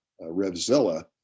RevZilla